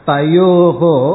Tayoho